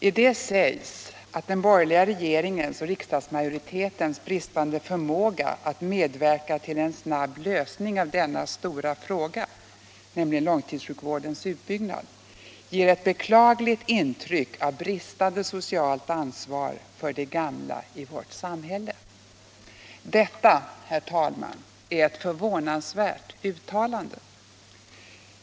I det sägs att den borgerliga regeringens och riksdagsmajoritetens bristande förmåga att medverka till en snabb lösning av denna stora fråga, nämligen långtidssjukvårdens utbyggnad, ger ett beklagligt intryck av bristande socialt ansvar för de gamla i vårt samhälle. Detta, herr talman, är ett förvånansvärt uttalande.